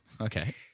okay